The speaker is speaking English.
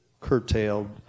curtailed